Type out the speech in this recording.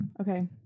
Okay